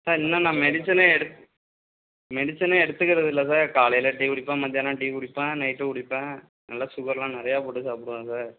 sir இன்னும் நான் மெடிசனே எடு மெடிசனே எடுத்துக்கிறது இல்லை சார் காலையில் டீ குடிப்பேன் மத்தியானம் டீ குடிப்பேன் நைட்டும் குடிப்பேன் நல்லா சுகர்லாம் நிறையா போட்டு சாப்பிடுவேன் சார்